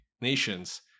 nations